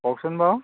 কওকচোন বাৰু